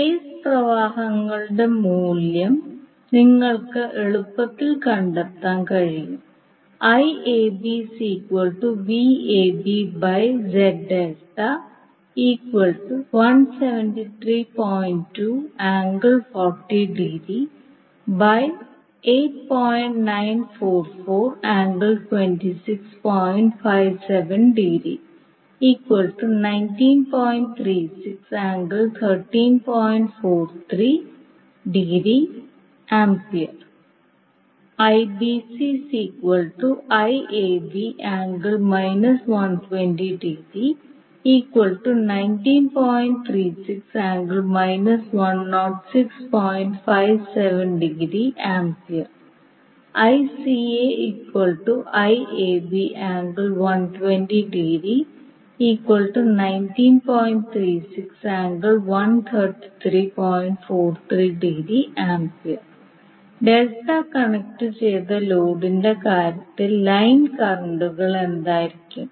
face പ്രവാഹങ്ങളുടെ മൂല്യം നിങ്ങൾക്ക് എളുപ്പത്തിൽ കണ്ടെത്താൻ കഴിയും ഡെൽറ്റ കണക്റ്റുചെയ്ത ലോഡിന്റെ കാര്യത്തിൽ ലൈൻ കറന്റുകൾ എന്തായിരിക്കും